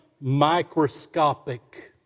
microscopic